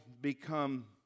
become